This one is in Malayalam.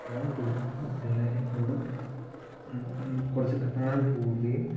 ഫോൺ കൊടുക്കുന്നത് പിള്ളേരെ കൊണ്ട് കുറച്ച് കാണാൻ പോകുകയും